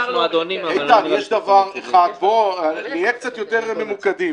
נהיה קצת יותר ממוקדים.